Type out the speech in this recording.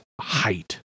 height